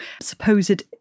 supposed